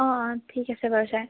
অঁ অঁ ঠিক আছে বাৰু ছাৰ